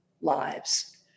lives